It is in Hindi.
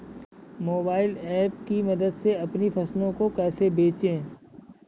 मोबाइल ऐप की मदद से अपनी फसलों को कैसे बेचें?